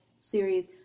series